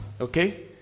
okay